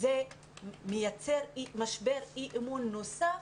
זה מייצר משבר אי-אמון נוסף